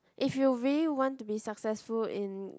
if you really want to be successful in